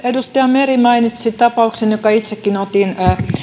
edustaja meri mainitsi tapauksen jonka itsekin otin